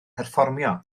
perfformio